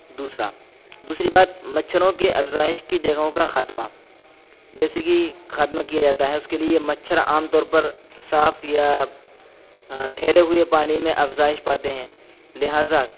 دوسرا دوسری بات مچھروں کے افزائش کی جگہوں کا خاتمہ جیسے کہ خاتمہ کیا جاتا ہے اس کے لیے مچھر عام طور پر صاف یا ٹھہرے ہوئے پانی میں افزائش پاتے ہیں لہذا